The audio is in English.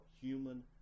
human